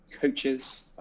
coaches